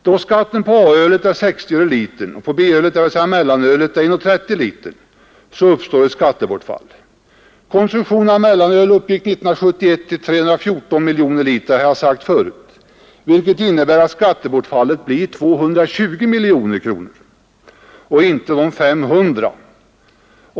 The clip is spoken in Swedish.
Då skatten på A-ölet är 60 öre per liter och på B-ölet, dvs. säga mellanölet, I krona och 30 öre per liter, uppstår ett skattebortfall. Konsumtionen av mellanöl uppgick år 1971 till 314 miljoner liter, vilket innebär att skattebortfallet blir 220 miljoner kronor och inte 500 miljoner kronor.